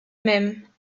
même